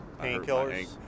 painkillers